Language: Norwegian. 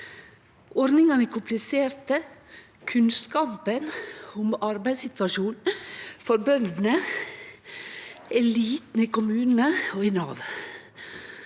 Ordningane er kompliserte, kunnskapen om arbeidssituasjonen for bønder er liten i kommunane og i Nav,